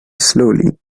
slowly